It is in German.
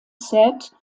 set